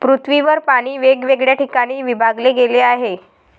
पृथ्वीवर पाणी वेगवेगळ्या ठिकाणी विभागले गेले आहे